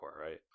right